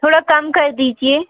थोड़ा कम कर दीजिए